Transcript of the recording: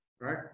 right